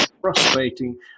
frustrating